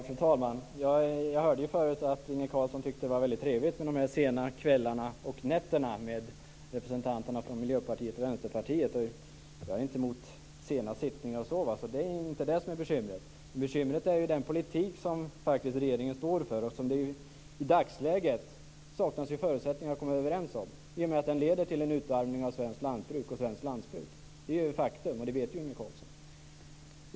Fru talman! Jag hörde förut att Inge Carlsson tyckte att det var väldigt trevligt med de här sena kvällarna och nätterna med representanter för Miljöpartiet och Vänsterpartiet. Jag har inget emot sena sittningar. Det är inte det som är bekymret. Bekymret är den politik som regeringen faktiskt står för, och som det i dagsläget saknas förutsättningar att komma överens om i och med att den leder till en utarmning av svenskt lantbruk och svensk landsbygd. Det är ju ett faktum, och det vet Inge Carlsson.